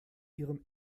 ihrem